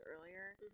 earlier